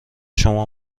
شما